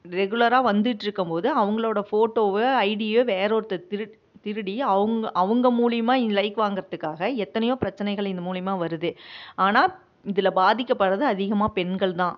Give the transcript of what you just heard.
ரெகுலராக வந்துட்டிருக்கம் போது அவங்களோட ஃபோட்டோவை ஐடியை வேறே ஒருத்தர் திரு திருடி அவங்க அவங்க மூலிமா லைக் வாங்கறத்துக்காக எத்தனையோ பிரச்சனைகள் இந்த மூலிமா வருது ஆனால் இதில் பாதிக்கப்படுறது அதிகமாக பெண்கள் தான்